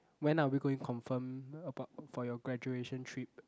when are you going confirm about for your graduation trip